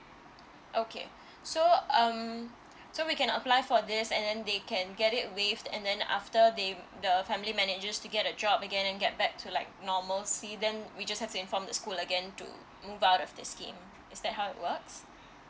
okay so um so we can apply for this and then they can get it waived and then after they the family manages to get a job again then get back to like normal see then we just have to inform the school again to move out of this scheme is that how it works